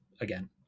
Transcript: again